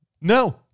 No